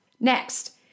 Next